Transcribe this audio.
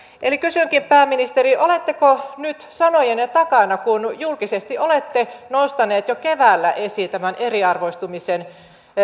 eli kysynkin pääministeri oletteko nyt sanojenne takana kun julkisesti olette nostanut jo keväällä esiin tämän eriarvoistumisen